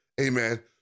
amen